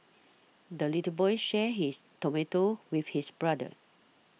the little boy shared his tomato with his brother